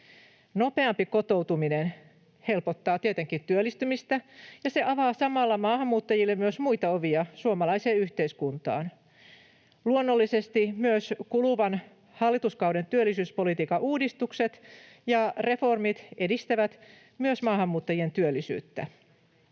Nopeampi kotoutuminen helpottaa tietenkin työllistymistä, ja se avaa samalla maahanmuuttajille myös muita ovia suomalaiseen yhteiskuntaan. Luonnollisesti myös kuluvan hallituskauden työllisyyspolitiikan uudistukset ja reformit edistävät myös maahanmuuttajien työllisyyttä.